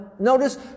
Notice